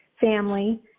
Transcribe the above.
family